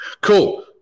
Cool